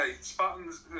Spartans